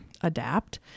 adapt